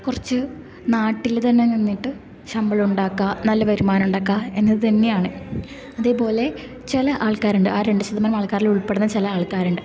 കുറച്ച് നാട്ടിൽ തന്നെ നിന്നിട്ട് ശമ്പളോണ്ടാക്കാം നല്ല വരുമാനോണ്ടാക്കാം എന്നത് തന്നെയാണ് അതേപോലെ ചില ആൾക്കാരുണ്ട് ആ രണ്ട് ശതമാനം ആൾക്കാരിലുൾപ്പെടുന്ന ചില ആൾക്കാരുണ്ട്